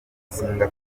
singapore